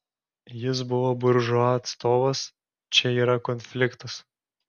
jis buvo buržua atstovas čia yra konfliktas